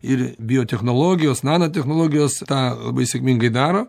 ir biotechnologijos nanotechnologijos tą labai sėkmingai daro